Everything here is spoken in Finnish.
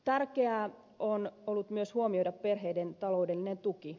tärkeää on ollut myös huomioida perheiden taloudellinen tuki